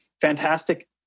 Fantastic